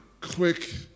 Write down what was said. quick